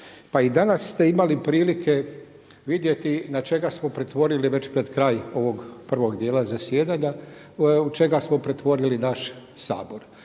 Pa i danas ste imali prilike vidjeti na što smo pretvorili već pred kraj ovog prvog dijela zasjedanja, u što smo pretvorili naš Sabor.